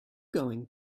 going